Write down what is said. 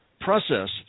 process